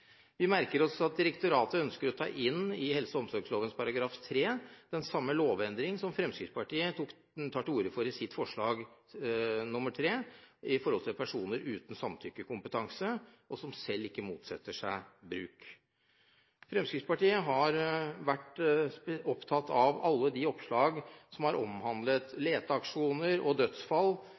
Vi merker oss at direktoratet ønsker å ta inn i helse- og omsorgstjenestelovens § 3 den samme lovendringen som Fremskrittspartiet og Kristelig Folkeparti tar til orde for i sitt forslag nr. 3, med hensyn til personer uten samtykkekompetanse som selv ikke motsetter seg bruk. Fremskrittspartiet har vært opptatt av alle de oppslag som har omhandlet leteaksjoner og dødsfall